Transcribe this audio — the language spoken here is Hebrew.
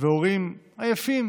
והורים עייפים